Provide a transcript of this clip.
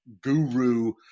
guru